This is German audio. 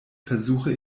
versuche